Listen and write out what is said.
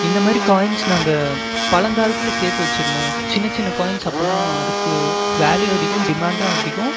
இந்தமாதிரி காய்ன்ஸ் நாங்கள் பழங்காலத்தில் சேர்த்து வச்சுருந்தோம் சின்ன சின்ன காய்ன்ஸ் அப்போலாம் அதுக்கு வேல்யூ அதிகம் டிமாண்ட்டும் அதிகம்